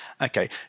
Okay